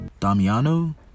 Damiano